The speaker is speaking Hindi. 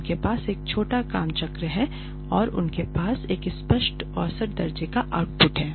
उनके पास एक छोटा काम चक्र है और उनके पास एक स्पष्ट औसत दर्जे का आउटपुट है